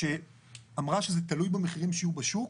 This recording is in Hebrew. שאמרה שזה תלוי במחירים שיהיו בשוק.